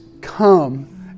come